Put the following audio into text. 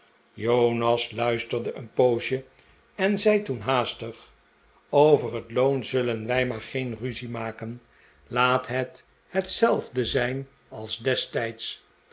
jonas luisterde een poosje en zei toen haastig over het loon zullen wij maar geen ruzie maken laat het hetzelfde zijn als destijds